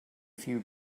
few